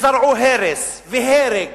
וזרעו הרס והרג בזדון.